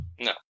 no